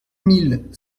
mille